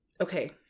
Okay